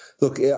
look